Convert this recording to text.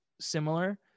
similar